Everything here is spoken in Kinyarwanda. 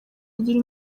agira